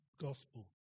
gospel